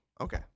Okay